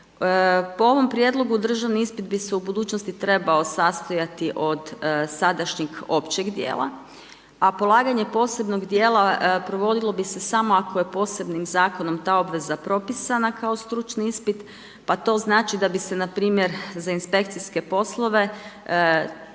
Po ovom prijedlogu državni ispit bi se u budućnosti trebao sastajati od sadašnjih općih dijela, a polaganje posebnog dijela provodilo bi se samo ako je posebnim zakonom ta obveza propisana kao stručni ispit, pa to znači da bi se npr. za inspekcijske poslove,